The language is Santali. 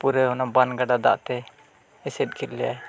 ᱯᱩᱨᱟᱹ ᱚᱱᱟ ᱵᱟᱱ ᱜᱟᱰᱟ ᱫᱟᱜᱛᱮ ᱮᱥᱮᱫ ᱠᱮᱫ ᱞᱮᱭᱟᱭ